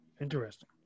Interesting